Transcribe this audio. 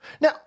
Now